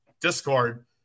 discord